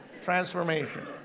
transformation